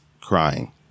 crying